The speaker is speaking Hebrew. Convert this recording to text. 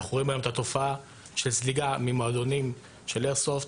אנחנו רואים היום את התופעה של זליגה ממועדונים של איירסופט,